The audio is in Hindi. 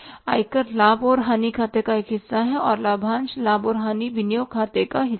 आयकर लाभ और हानि खाते का एक हिस्सा है और लाभांश लाभ और हानि विनियोग खाते का हिस्सा है